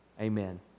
amen